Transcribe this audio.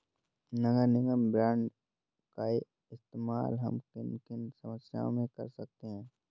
नगर निगम बॉन्ड का इस्तेमाल हम किन किन समस्याओं में कर सकते हैं?